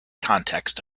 context